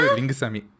Lingusami